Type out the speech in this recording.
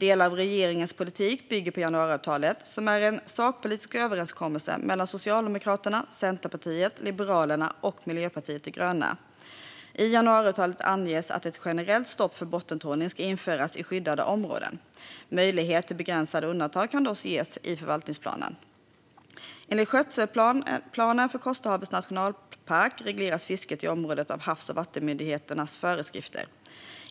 Delar av regeringens politik bygger på januariavtalet, som är en sakpolitisk överenskommelse mellan Socialdemokraterna, Centerpartiet, Liberalerna och Miljöpartiet de gröna. I januariavtalet anges att ett generellt stopp för bottentrålning ska införas i skyddade områden. Möjlighet till begränsade undantag kan dock ges i förvaltningsplanen. Enligt skötselplanen för Kosterhavets nationalpark regleras fisket i området av Havs och vattenmyndighetens föreskrifter.